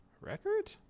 record